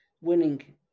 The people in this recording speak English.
winning